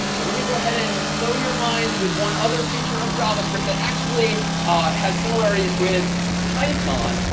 well, let me go ahead and blow your minds with one other feature of javascript that actually has similarities with python.